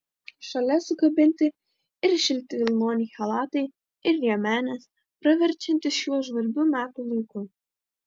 šalia sukabinti ir šilti vilnoniai chalatai ir liemenės praverčiantys šiuo žvarbiu metų laiku